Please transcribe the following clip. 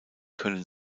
können